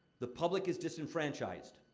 the public is disenfranchised.